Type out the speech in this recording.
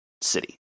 city